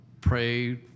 pray